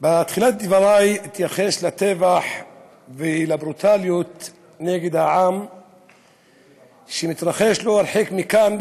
בתחילת דברי אתייחס לטבח ולברוטליות נגד העם שמתרחשים לא הרחק מכאן,